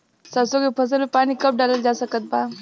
सरसों के फसल में पानी कब डालल जा सकत बा?